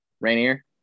rainier